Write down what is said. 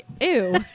Ew